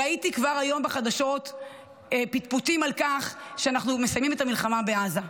ראיתי כבר היום בחדשות פטפוטים על כך שאנחנו מסיימים את המלחמה בעזה.